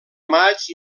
maig